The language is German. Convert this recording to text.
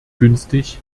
günstig